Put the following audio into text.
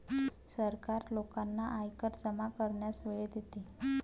सरकार लोकांना आयकर जमा करण्यास वेळ देते